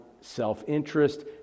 self-interest